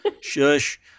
Shush